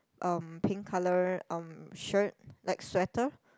um pink colour um shirt like sweater